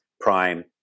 prime